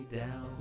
down